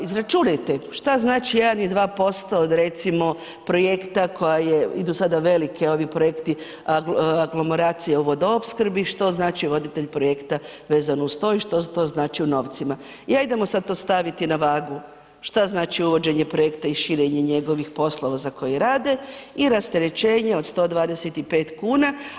Izračunajte šta znači 1 i 2% od recimo projekta koja idu sada veliki ovi projekti aglomeracije u vodoopskrbi što znači voditelj projekta vezano uz to i što to znači u novcima i ajdemo sada to staviti na vagu šta znači uvođenje projekta i širenje njegovih poslova za koje za koje rade i rasterećenje od 125 kuna.